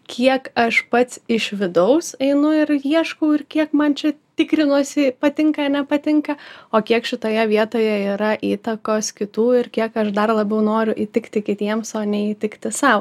kiek aš pats iš vidaus einu ir ieškau ir kiek man čia tikrinuosi patinka nepatinka o kiek šitoje vietoje yra įtakos kitų ir kiek aš dar labiau noriu įtikti kitiems o neįtikti sau